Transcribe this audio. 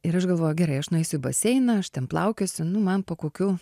ir aš galvoju gerai aš nueisiu į baseiną aš ten plaukiosiu nu man po kokių